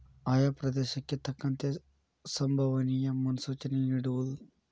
ಆಯಾ ಪ್ರದೇಶಕ್ಕೆ ತಕ್ಕಂತೆ ಸಂಬವನಿಯ ಮುನ್ಸೂಚನೆ ನಿಡುವುದು